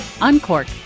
uncork